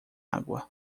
água